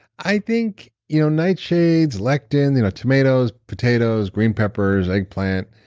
i think you know nightshades, lectin, you know tomatoes, potatoes, green peppers, eggplant,